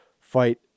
fight